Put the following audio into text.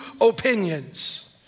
opinions